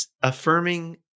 affirming